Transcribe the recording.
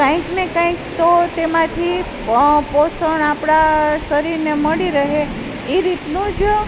કાંઇકને કાંઇક તો તેમાંથી પોષણ આપણાં શરીરને મળી રહે એ રીતનું જ